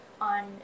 on